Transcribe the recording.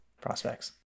prospects